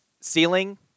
ceiling